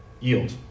Yield